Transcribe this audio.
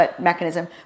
mechanism